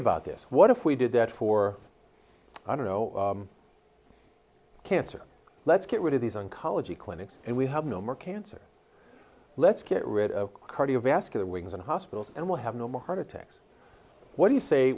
about this what if we did that for i don't know cancer let's get rid of these oncology clinics and we have no more cancer let's get rid of cardiovascular wings and hospitals and we'll have normal heart attacks what do you say